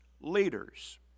leaders